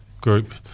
group